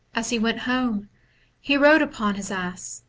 as he went home he rode upon his ass.